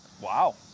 Wow